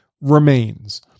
remains